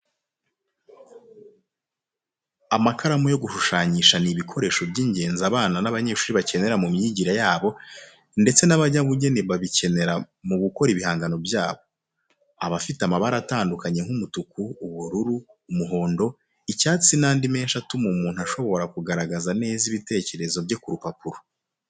Amakaramu yo gushushanyisha ni ibikoresho by'ingenzi abana n'abanyeshuri bakenera mu myigire yabo ndetse n'abanyabugeni babikenera mu gukora ibihangano byabo. Aba afite amabara atandukanye nk'umutuku, ubururu, umuhondo, icyatsi n'andi menshi atuma umuntu ashobora kugaragaza neza ibitekerezo bye ku rupapuro.